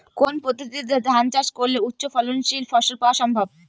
কোন পদ্ধতিতে ধান চাষ করলে উচ্চফলনশীল ফসল পাওয়া সম্ভব?